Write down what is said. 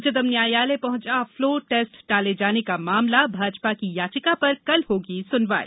उच्चतम न्यायालय पहुंचा फ़्लोर टेस्ट टाले जाने का मामला भाजपा की याचिका पर कल होगी सुनवाई